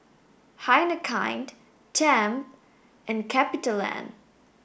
Heinekein Tempt and CapitaLand